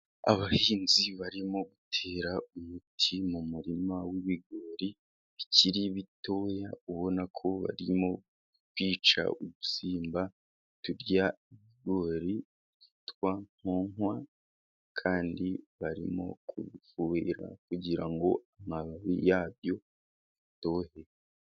Abahinzi barimo gutera umuti mu murima w'ibigori bikiri bitoya, ubona ko barimo kwica udusimba turya ibigori twitwa nkonkwa, kandi barimo kuhira kugira ngo amababi yabyo atohe.